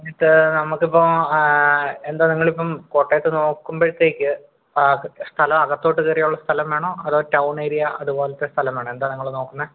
എന്നിട്ട് നമുക്കിപ്പം എന്താ നിങ്ങളിപ്പം കോട്ടയത്ത് നോക്കുമ്പോഴത്തേക്ക് സ്ഥലം അകത്തോട്ട് കയറിയുള്ള സ്ഥലം വേണോ അതോ ടൗൺ ഏരിയ അതുപോലത്തെ സ്ഥലം വേണോ എന്താ നിങ്ങൾ നോക്കുന്നത്